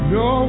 no